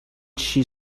she